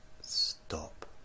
stop